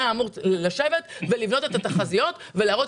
הוא היה אמור לשבת ולבנות את התחזיות ולהראות